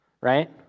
right